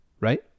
right